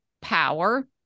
power